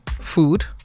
food